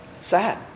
sad